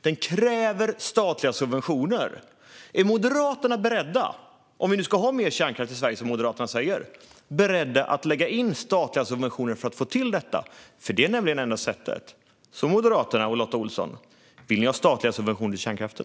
Den kräver statliga subventioner. Är Moderaterna beredda att, om vi nu ska ha mer kärnkraft i Sverige som de säger, lägga in statliga subventioner för att få till det? Det är nämligen det enda sättet. Moderaterna och Lotta Olsson! Vill ni ha statliga subventioner till kärnkraften?